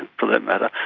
for that matter,